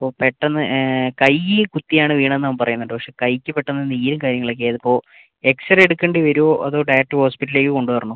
അപ്പോൾ പെട്ടെന്ന് കൈയ്യ് കുത്തിയാണ് വീണതെന്ന് അവൻ പറയുന്നുണ്ട് പക്ഷേ കൈയ്ക്ക് പെട്ടെന്ന് നീരും കാര്യങ്ങളൊക്കെയാ ഇത് ഇപ്പോൾ എക്സ്റേ എടുക്കേണ്ടി വരോ അതോ ഡയറക്റ്റ് ഹോസ്പിറ്റലിലേക്ക് കൊണ്ട് വരണോ